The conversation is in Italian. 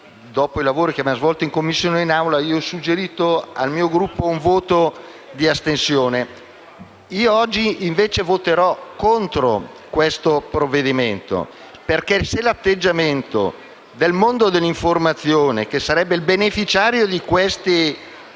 dopo i lavori che abbiamo svolto in Commissione e in Assemblea, ho suggerito al mio Gruppo un voto di astensione. Io oggi invece voterò contro questo provvedimento, perché se l'atteggiamento del mondo dell'informazione, che sarebbe il beneficiario di queste